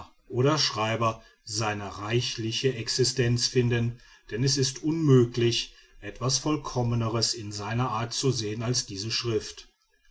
oder schreiber seine reichliche existenz finden denn es ist unmöglich etwas vollkommeneres in seiner art zu sehen als diese schrift